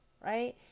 right